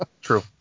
True